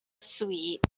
Sweet